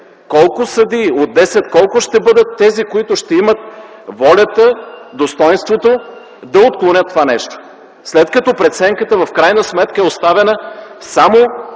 колко съдии, от 10 колко съдии ще бъдат тези, които ще имат волята, достойнството да отклонят това нещо, след като преценката в крайна сметка е оставена само